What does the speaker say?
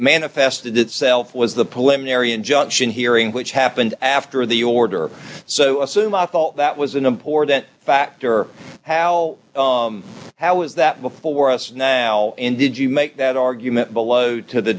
manifested itself was the policeman area injunction hearing which happened after the order so i assume i thought that was an important factor how how was that before us now in did you make that argument below to the